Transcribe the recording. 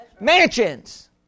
Mansions